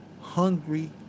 hungry